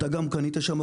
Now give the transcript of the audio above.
גם אתה קנית במכולות,